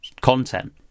content